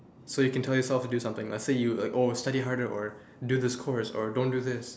so you can tell yourself to do something like let's say you oh study harder or do this course or don't do this